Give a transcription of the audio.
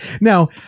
Now